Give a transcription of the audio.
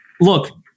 look